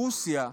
ברוסיה,